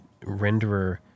renderer